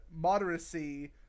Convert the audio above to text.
moderacy